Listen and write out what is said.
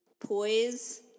poise